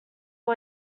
all